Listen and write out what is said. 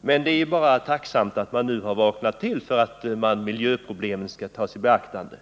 Det är emellertid tacknämligt att man nu har vaknat till och insett att miljöproblemen är något som vi måste ta itu med.